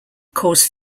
cause